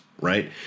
right